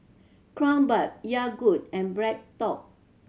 Kronenbourg Yogood and BreadTalk